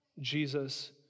Jesus